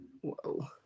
Whoa